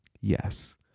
Yes